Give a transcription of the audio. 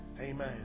Amen